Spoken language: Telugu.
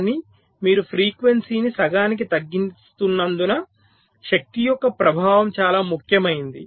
కానీ మీరు ఫ్రీక్వెన్సీని సగానికి తగ్గిస్తున్నందున శక్తి యొక్క ప్రభావం చాలా ముఖ్యమైనది